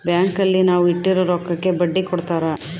bank ಅಲ್ಲಿ ನಾವ್ ಇಟ್ಟಿರೋ ರೊಕ್ಕಗೆ ಬಡ್ಡಿ ಕೊಡ್ತಾರ